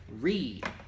read